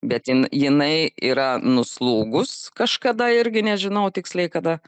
bet jin jinai yra nuslūgus kažkada irgi nežinau tiksliai kada